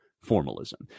formalism